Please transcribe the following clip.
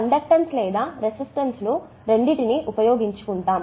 conductance లేదా resistance లు రెండింటినీ ఉపయోగించుకుంటాము